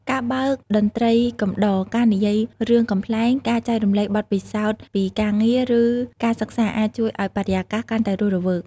ការបើកតន្ត្រីកំដរ ការនិយាយរឿងកំប្លែង ការចែករំលែកបទពិសោធន៍ពីការងារ ឬការសិក្សា អាចជួយឱ្យបរិយាកាសកាន់តែរស់រវើក ។